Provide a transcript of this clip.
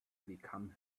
become